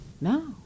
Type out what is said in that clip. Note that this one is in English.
no